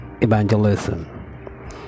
evangelism